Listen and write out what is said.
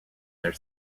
their